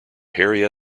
harry